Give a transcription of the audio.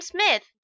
Smith